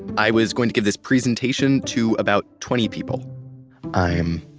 i was going to give this presentation to about twenty people i'm